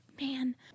man